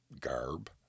garb